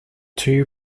two